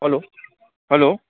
hello hello